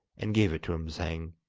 and gave it to him saying